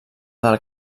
del